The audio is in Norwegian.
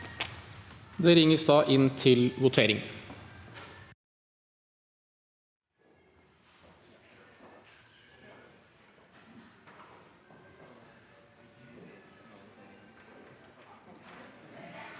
Det ringes da til votering.